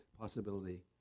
possibility